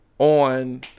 on